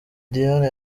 diane